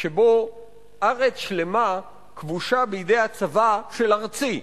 שבו ארץ שלמה כבושה בידי הצבא של ארצי.